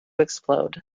explode